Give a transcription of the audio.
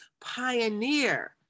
pioneer